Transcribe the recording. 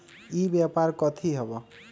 ई व्यापार कथी हव?